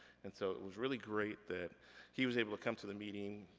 and so it was really great that he was able to come to the meeting,